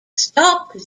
stopped